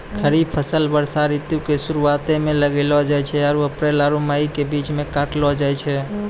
खरीफ फसल वर्षा ऋतु के शुरुआते मे लगैलो जाय छै आरु अप्रैल आरु मई के बीच मे काटलो जाय छै